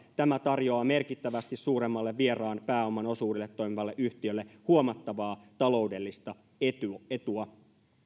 tämä tarjoaa merkittävästi suuremmalla vieraan pääoman osuudella toimivalle yhtiölle huomattavaa taloudellista etua etua